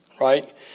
right